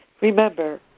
Remember